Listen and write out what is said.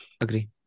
Agree